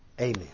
Amen